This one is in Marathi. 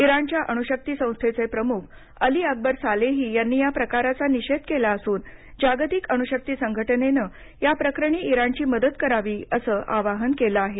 इराणच्या अणूशक्ती संस्थेचे प्रमुख आली अकबर सालेही यांनी या प्रकाराचा निषेध केला असून जागतिक अणुशक्ती संघटनेनं या प्रकरणी इराणची मदत करावी असं आवाहन केलं आहे